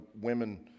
women